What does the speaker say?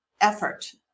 effort